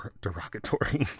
derogatory